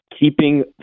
keeping